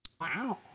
wow